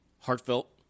heartfelt